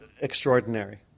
extraordinary